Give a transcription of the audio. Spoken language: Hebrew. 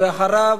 אחריו,